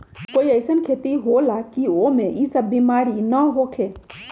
कोई अईसन खेती होला की वो में ई सब बीमारी न होखे?